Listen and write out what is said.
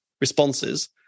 responses